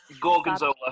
Gorgonzola